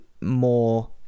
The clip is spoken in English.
more